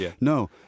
No